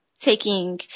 taking